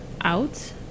out